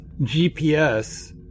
GPS